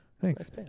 Thanks